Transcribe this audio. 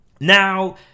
Now